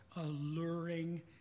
alluring